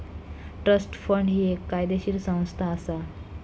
trust fund ही एक कायदेशीर संस्था असा